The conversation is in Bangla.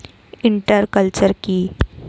ইন্টার কালচার কি?